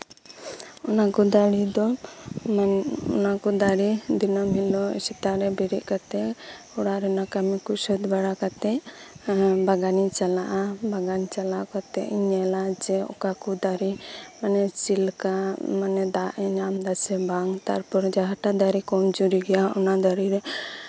ᱚᱱᱟᱠᱚ ᱫᱟᱨᱮ ᱫᱚ ᱚᱱᱟ ᱠᱚ ᱫᱟᱨᱮ ᱫᱤᱱᱟᱹᱢ ᱦᱤᱞᱳᱜ ᱥᱮᱛᱟᱜ ᱨᱮ ᱵᱮᱨᱮᱫ ᱠᱟᱛᱮᱫ ᱚᱲᱟᱜ ᱨᱮᱱᱟᱜ ᱠᱟᱹᱢᱤ ᱠᱚ ᱥᱟᱹᱛ ᱵᱟᱲᱟ ᱠᱟᱛᱮᱫ ᱮᱫ ᱵᱟᱜᱟᱱᱤᱧ ᱪᱟᱞᱟᱜᱼᱟ ᱵᱟᱜᱟᱱ ᱪᱟᱞᱟᱣ ᱠᱟᱛᱮᱫ ᱤᱧ ᱧᱮᱞᱟ ᱚᱠᱟ ᱠᱚ ᱫᱟᱨᱮ ᱪᱮᱫ ᱞᱮᱠᱟ ᱢᱟᱱᱮ ᱫᱟᱜ ᱮ ᱧᱟᱢ ᱮᱫᱟᱥᱮ ᱵᱟᱝ ᱛᱟᱨᱯᱚᱨᱮ ᱡᱟᱦᱟᱸᱴᱟᱜ ᱫᱟᱨᱮ ᱠᱚᱢᱡᱩᱨᱤ ᱜᱮᱭᱟ ᱚᱱᱟ ᱫᱟᱨᱮ ᱨᱮ